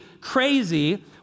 crazy